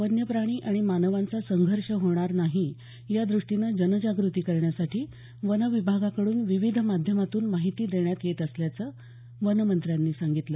वन्य प्राणी आणि मानवांचा संघर्ष होणार नाही या दृष्टीनं जनजागृती करण्यासाठी वन विभागाकडून विविध माध्यमातून माहिती देण्यात येत असल्याचं त्यांनी सांगितलं